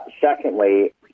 Secondly